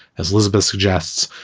as elizabeth suggests,